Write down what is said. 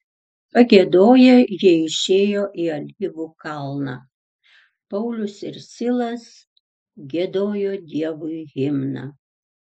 pagiedoję jie išėjo į alyvų kalną paulius ir silas giedojo dievui himną